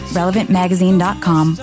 relevantmagazine.com